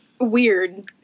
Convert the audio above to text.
weird